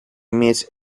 иметь